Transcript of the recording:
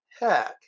heck